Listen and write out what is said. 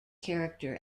character